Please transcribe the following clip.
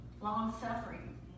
long-suffering